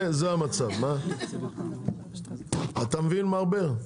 אתה מבין, מר בר?